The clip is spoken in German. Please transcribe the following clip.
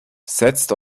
setzt